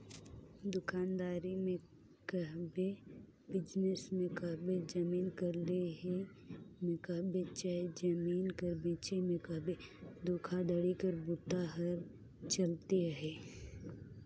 दुकानदारी में कहबे, बिजनेस में कहबे, जमीन कर लेहई में कहबे चहे जमीन कर बेंचई में कहबे धोखाघड़ी कर बूता हर चलते अहे